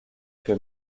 que